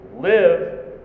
live